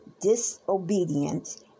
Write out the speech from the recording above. disobedient